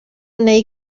neu